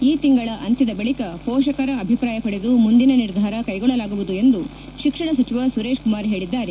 ಈ ತಿಂಗಳ ಅಂತ್ಯದ ಬಳಿಕ ಪೋಷಕರ ಅಭಿಪ್ರಾಯ ಪಡೆದು ಮುಂದಿನ ನಿರ್ಧಾರ ಕೈಕೊಳ್ಳಲಾಗುವುದು ಎಂದು ಶಿಕ್ಷಣ ಸಚಿವ ಸುರೇಶ್ ಕುಮಾರ್ ಹೇಳಿದ್ದಾರೆ